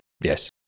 Yes